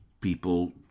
people